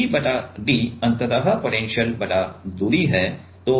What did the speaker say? V बटा d अंततः potential बटा दूरी है